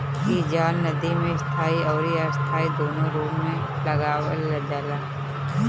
इ जाल नदी में स्थाई अउरी अस्थाई दूनो रूप में लगावल जाला